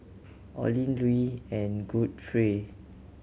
Olin Louie and Godfrey